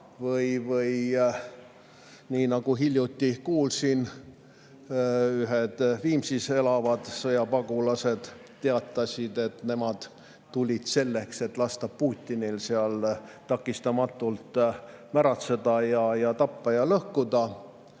ära. Nagu hiljuti kuulsin, ühed Viimsis elavad sõjapagulased teatasid, et nemad tulid selleks, et lasta Putinil seal takistamatult märatseda, tappa ja lõhkuda,